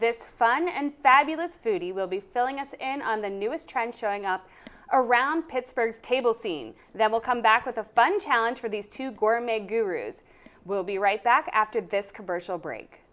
this fun and fabulous food he will be filling us in on the newest trench showing up around pittsburgh table scene that will come back with a fun challenge for these two gore may gurus we'll be right back after this commercial break